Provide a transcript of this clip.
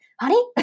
honey